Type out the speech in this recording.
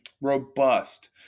robust